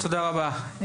תודה רבה.